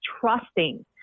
trusting